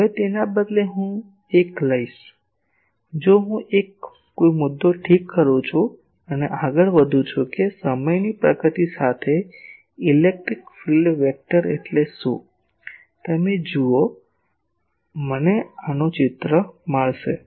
હવે તેના બદલે જો હું એક લઈશ જો હું કોઈ મુદ્દો ઠીક કરું છું અને આગળ વધું છું કે સમયની પ્રગતિ સાથે ઇલેક્ટ્રિક ફીલ્ડ સદિશ એટલે શું છે તમે જુઓ મને આનું ચિત્ર મળશે